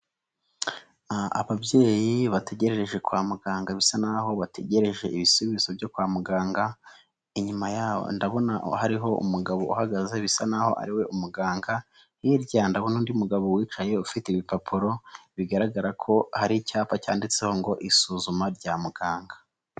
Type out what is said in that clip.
Ababyeyi bategerereje kwa muganga bisa naho bategereje ibisubizo byo kwa muganga, inyuma yaho ndabona hariho umugabo uhagaze bisa naho ariwe umuganga, hirya ndabona undi mugabo wicaye ufite ibipapuro bigaragara ko hari icyapa cyanditseho ngo isuzuma rya muganga.